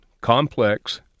complex